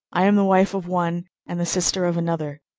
i am the wife of one and the sister of another.